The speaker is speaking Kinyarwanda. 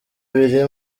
biri